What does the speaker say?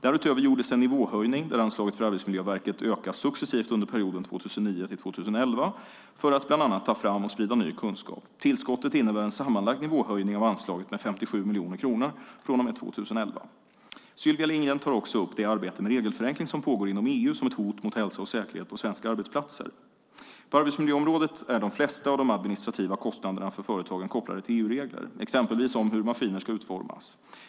Därutöver gjordes en nivåhöjning där anslaget för Arbetsmiljöverket ökas successivt under perioden 2009-2011 för att bland annat ta fram och sprida ny kunskap. Tillskottet innebär en sammanlagd nivåhöjning av anslaget med 57 miljoner kronor från och med 2011. Sylvia Lindgren tar också upp det arbete med regelförenkling som pågår inom EU som ett hot mot hälsa och säkerhet på svenska arbetsplatser. På arbetsmiljöområdet är de flesta av de administrativa kostnaderna för företagen kopplade till EU-regler, exempelvis om hur maskiner ska utformas.